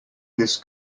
this